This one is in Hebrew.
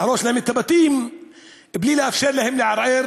להרוס להם את הבתים בלי לאפשר להם לערער